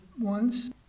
ones